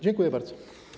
Dziękuję bardzo.